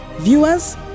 Viewers